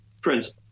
Prince